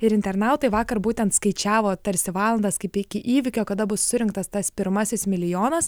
ir internautai vakar būtent skaičiavo tarsi valandas kaip iki įvykio kada bus surinktas tas pirmasis milijonas